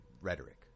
rhetoric